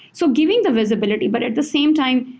so giving the visibility, but at the same time,